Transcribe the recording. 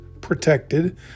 protected